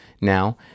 now